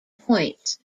points